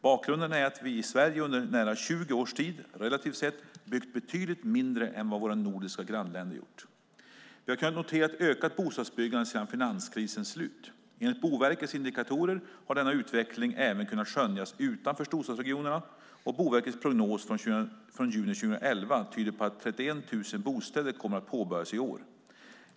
Bakgrunden är att vi i Sverige under nära 20 års tid, relativt sett, byggt betydligt mindre än vad våra nordiska grannländer gjort. Vi har kunnat notera ett ökat bostadsbyggande sedan finanskrisens slut. Enligt Boverkets indikatorer har denna utveckling även kunnat skönjas utanför storstadsregionerna. Boverkets prognos från juni 2011 tyder på att 31 000 bostäder kommer att påbörjas i år.